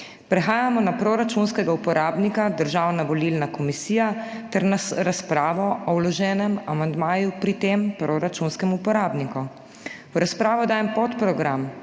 Prehajamo na proračunskega uporabnika Državna volilna komisija ter na razpravo o vloženem amandmaju pri tem proračunskem uporabniku. V razpravo dajem podprogram